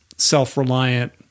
Self-reliant